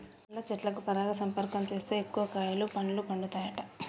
పండ్ల చెట్లకు పరపరాగ సంపర్కం చేస్తే ఎక్కువ కాయలు పండ్లు పండుతాయట